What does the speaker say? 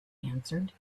answered